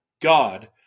God